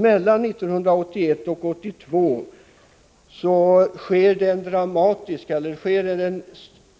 Mellan 1981 och 1982 skedde en